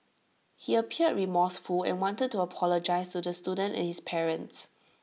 he appeared remorseful and wanted to apologise to the student and his parents